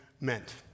meant